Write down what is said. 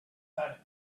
setting